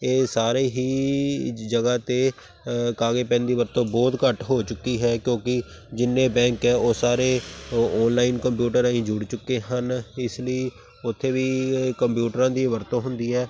ਇਹ ਸਾਰੇ ਹੀ ਜਗ੍ਹਾ 'ਤੇ ਕਾਗਜ਼ ਪੈੱਨ ਦੀ ਵਰਤੋਂ ਬਹੁਤ ਘੱਟ ਹੋ ਚੁੱਕੀ ਹੈ ਕਿਉਂਕਿ ਜਿੰਨੇ ਬੈਂਕ ਹੈ ਉਹ ਸਾਰੇ ਓ ਔਨਲਾਈਨ ਕੰਪਿਊਟਰ ਰਾਹੀਂ ਜੁੜ ਚੁੱਕੇ ਹਨ ਇਸ ਲਈ ਉੱਥੇ ਵੀ ਕੰਪਿਊਟਰਾਂ ਦੀ ਵਰਤੋਂ ਹੁੰਦੀ ਹੈ